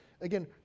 Again